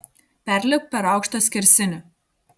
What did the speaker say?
perlipk per aukštą skersinį